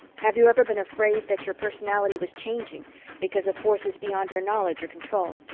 have you ever been afraid that your personality was changing because of forces beyond your knowledge or control?